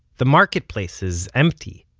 the marketplace is empty.